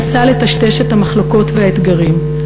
אינני מנסה לטשטש את המחלוקת והאתגרים,